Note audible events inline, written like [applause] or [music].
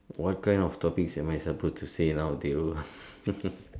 what kind of topics am I supposed to say now Thiru [laughs]